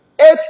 eight